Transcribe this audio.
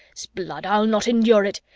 sblood, i'll not endure it!